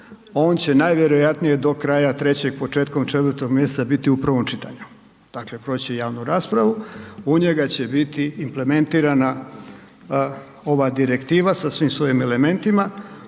on će najvjerojatnije do kraja 3., početkom 4. mj. biti u prvom čitanju, dakle proći će javnu raspravu, u njega će biti implementirana ova direktiva sa svim svojim elementima.